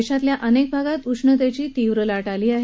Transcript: देशातल्या अनेक भागात उष्णतेची तीव्र लाट आहे